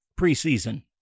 preseason